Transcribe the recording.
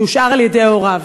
שהושאר על-ידי הוריו.